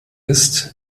ist